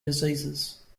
diseases